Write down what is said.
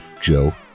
Joe